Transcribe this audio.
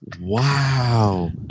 Wow